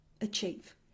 achieve